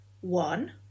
one